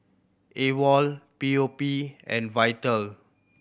AWOL P O P and Vital